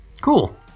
Cool